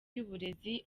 y’uburezi